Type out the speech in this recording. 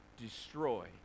destroy